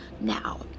now